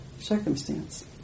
circumstance